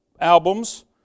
albums